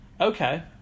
Okay